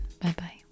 Bye-bye